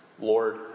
Lord